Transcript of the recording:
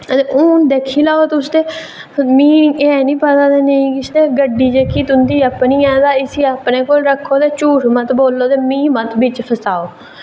ते हून दिक्खी लैओ तुस ते मिगी ऐ निं पता ते ना किश ते जेह्की तुं'दी अपनी ऐ ते इसी अपने कोल रक्खो ते झूठ मत बोलो ते मिगी बिच मत फसाओ